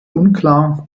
unklar